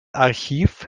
archiv